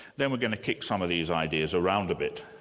then we're going to kick some of these ideas around a bit.